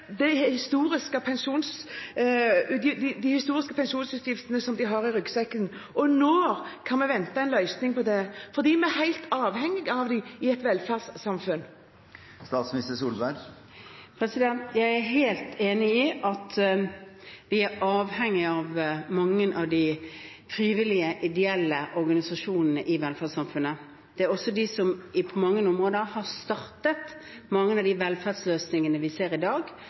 de historiske pensjonsutgiftene som de har i ryggsekken? Når kan vi vente en løsning på det, for vi er helt avhengig av dem i et velferdssamfunn? Jeg er helt enig i at vi er avhengig av mange av de frivillige ideelle organisasjonene i velferdssamfunnet. Det er også de som på mange områder har startet mange av de velferdsløsningene vi ser i dag,